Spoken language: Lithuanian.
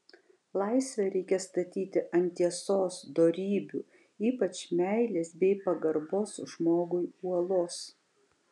laisvę reikia statyti ant tiesos dorybių ypač meilės bei pagarbos žmogui uolos